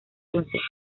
consejo